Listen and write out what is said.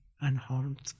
unharmed